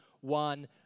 one